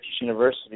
University